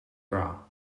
bra